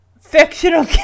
fictional